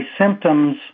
symptoms